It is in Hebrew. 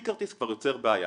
להקפיא כרטיס כבר יוצר בעיה.